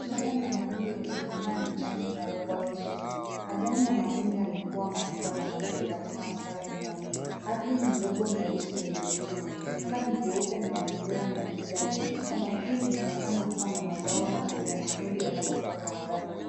Shamba la mahindi lenye mimea mijani inayokuwa vizuri. Majani ya mahindi yamekuwa makubwa na mazuri katika mstari mmoja. Ardhi ni ndogo mweusi wenye rotuba. Anga ni jeupe na mazingira ni ya kijani. Shamba hili linaonekana kuwa na mazao mazuri ya mahindi yanayokuwa kwa haraka.